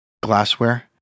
Glassware